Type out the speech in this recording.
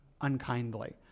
unkindly